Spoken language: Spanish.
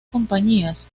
compañías